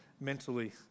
mentally